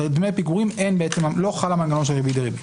על דמי פיגורים לא חל המנגנון של ריבית דריבית.